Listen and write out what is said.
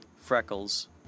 freckles